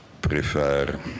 prefer